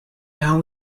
how